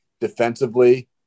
defensively